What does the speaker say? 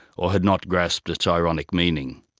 or had not grasped its ironic meaning.